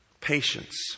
Patience